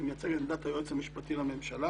והיא מייצגת את עמדת היועץ המשפטי לממשלה,